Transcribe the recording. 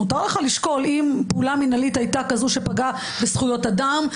מותר לך לשקול אם פעולה מנהלית הייתה כזו שפגעה בזכויות אדם,